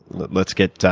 let's get